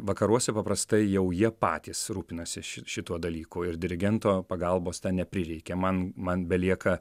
vakaruose paprastai jau jie patys rūpinasi šituo dalyku ir dirigento pagalbos neprireikia man man belieka